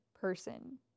person